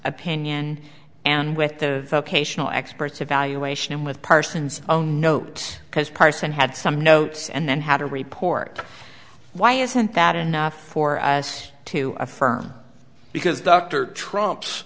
opinion and with the vocational experts evaluation with parsons oh no it's because parson had some notes and then had a report why isn't that enough for us to affirm because dr trump